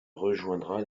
rejoindra